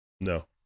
No